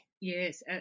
Yes